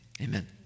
amen